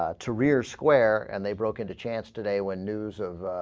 ah to rear square and they broke into chance today when news of